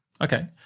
Okay